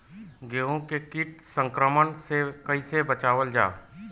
गेहूँ के कीट संक्रमण से कइसे बचावल जा?